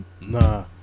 Nah